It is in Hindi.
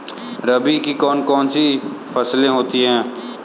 रबी की कौन कौन सी फसलें होती हैं?